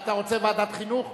אתה רוצה ועדת חינוך?